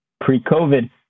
pre-COVID